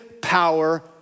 power